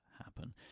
happen